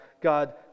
God